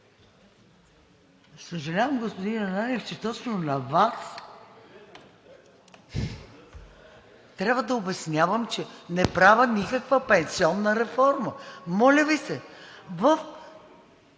Съжалявам, господин Ананиев, че точно на Вас трябва да обяснявам, че не правя никаква пенсионна реформа. Моля Ви се,